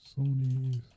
Sony's